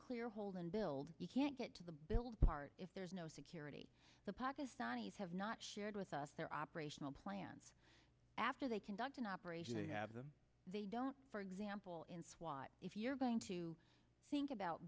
clear hold and build you can't get to the build part if there is no security the pakistanis have not shared with us their operational plans after they conduct an operation they have the they don't for example in swat if you're going to think about